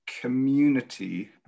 community